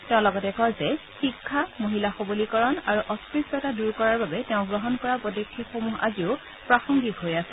তেওঁ লগতে কয় যে শিক্ষা মহিলা সৱলীকৰণ আৰু অস্পৃশ্যতা দূৰ কৰাৰ বাবে তেওঁ গ্ৰহণ কৰা পদক্ষেপসমূহ আজিও প্ৰাসংগিক হৈ আছে